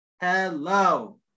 Hello